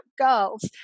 girls